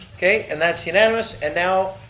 okay, and that's unanimous, and now,